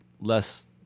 less